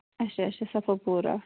اَچھا اَچھا صفا پوٗرا